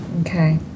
Okay